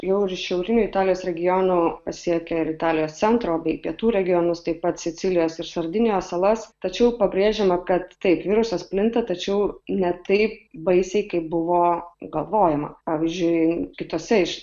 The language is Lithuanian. jau ir šiaurinių italijos regionų pasiekė ir italijos centro bei pietų regionus taip pat sicilijos ir sardinijos salas tačiau pabrėžiama kad taip virusas plinta tačiau ne taip baisiai kaip buvo galvojama pavyzdžiui kitose iš